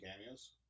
cameos